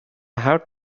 have